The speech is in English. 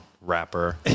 rapper